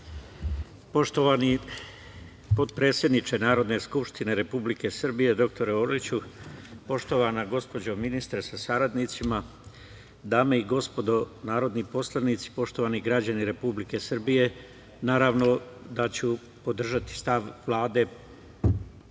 Poštovani potpredsedniče Narodne skupštine Republike Srbije, dr Orliću, poštovana gospođo ministar sa saradnicima, dame i gospodo narodni poslanici, poštovani građani Republike Srbije, naravno da ću podržati stav Vlade